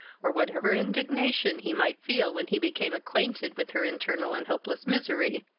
or whatever indignation he might feel when he became acquainted with her internal and hopeless misery,